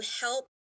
help